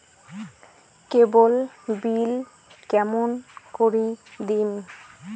কেবল bill কেমন করি দিম?